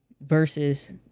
versus